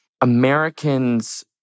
Americans